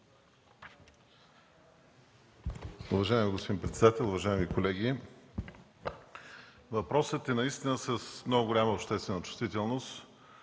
Уважаеми господин председател, уважаеми колеги! Въпросът е наистина с много голяма обществена чувствителност.